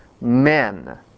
men